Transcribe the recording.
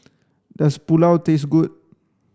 Does Pulao taste good